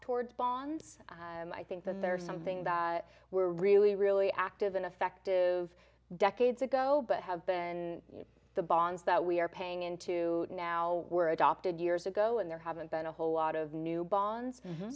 towards bonds and i think than there are something that we're really really active and effective decades ago but have been the bonds that we are paying into now were adopted years ago and there haven't been a whole lot of new bonds